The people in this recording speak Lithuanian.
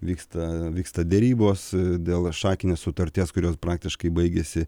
vyksta vyksta derybos dėl šakinės sutarties kurios praktiškai baigiasi